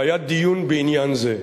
והיה דיון בעניין זה.